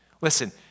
Listen